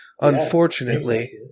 Unfortunately